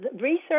research